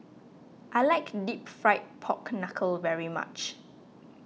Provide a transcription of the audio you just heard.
I like Deep Fried Pork Knuckle very much